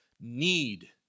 need